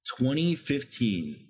2015